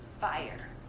fire